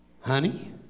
Honey